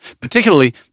Particularly